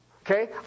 Okay